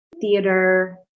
theater